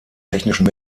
technischen